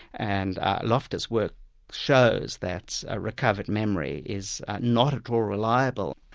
and loftus' work shows that a recovered memory is not at all reliable.